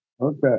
Okay